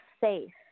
safe